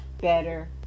better